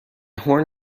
horn